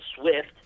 Swift